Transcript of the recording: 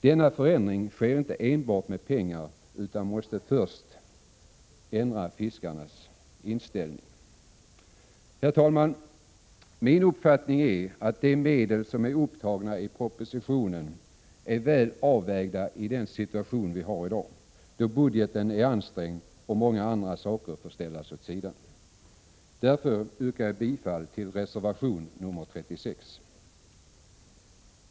Denna förändring sker inte enbart med pengar, utan först måste fiskarnas inställning förändras. Herr talman! Min uppfattning är att de medel som är upptagna i propositionen är väl avvägda i den situation vi har i dag, då budgeten är ansträngd och många andra saker får ställas åt sidan. Därför yrkar jag bifall till reservation nr 36.